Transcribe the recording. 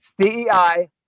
CEI